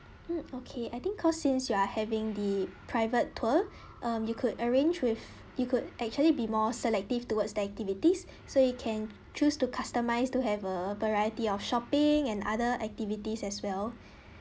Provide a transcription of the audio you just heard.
mm okay I think because since you are having the private tour um you could arrange with you could actually be more selective towards the activities so you can choose to customize to have a variety of shopping and other activities as well